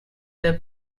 their